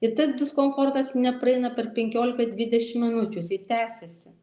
ir tas diskomfortas nepraeina per penkiolika dvidešimt minučių jisai tęsiasi